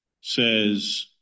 says